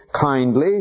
kindly